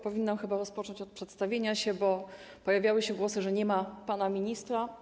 Powinnam chyba rozpocząć od przedstawienia się, bo pojawiały się głosy, że nie ma pana ministra.